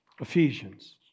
Ephesians